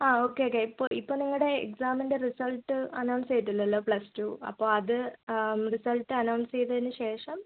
ആ okay okay ഇപ്പോൾ ഇപ്പോൾ നിങ്ങളുടെ എക്സാമിൻ്റെ റിസൾട്ട് അനൗൺസ് ചെയ്തിട്ടില്ലല്ലോ പ്ലസ്ടു അപ്പോൾ അത് റിസൾട്ട് അനൗൺസ് ചെയ്തതിനു ശേഷം